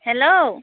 hello